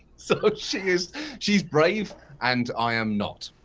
so she's she's brave and i am not.